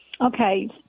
Okay